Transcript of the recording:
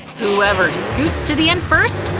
whoever scoots to the end first,